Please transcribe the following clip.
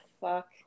fuck